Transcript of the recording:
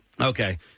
Okay